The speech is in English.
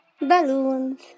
balloons